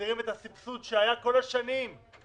מחזירים את הסבסוד שהיה כל השנים להורים